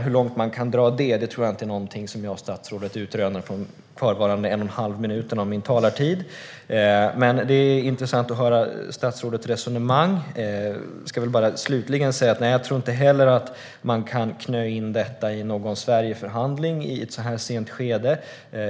Hur långt man kan gå med det är inte någonting som jag och statsrådet kan utröna under den en och en halva minuten som återstår av min talartid. Det är intressant att höra statsrådets resonemang. Jag tror inte heller att man kan "knö" in detta i någon Sverigeförhandling i så här sent skede.